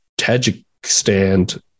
Tajikistan